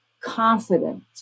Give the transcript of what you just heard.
confident